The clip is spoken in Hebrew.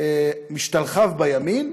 משתלחיו בימין,